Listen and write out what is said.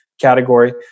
Category